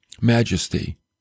majesty